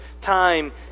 time